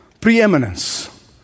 preeminence